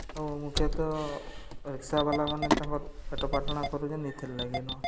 ଆଉ ମୁଖ୍ୟତଃ ରିକ୍ସାବାଲାମାନେ ତାଙ୍କର୍ ପେଟ ପାଟଣା କରୁଚନ୍ ଇଥିର୍ଲାଗି ନ